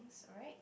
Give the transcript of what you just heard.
is alright